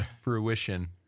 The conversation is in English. Fruition